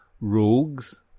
rogues